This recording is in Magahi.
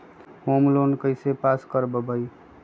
होम लोन कैसे पास कर बाबई?